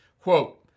Quote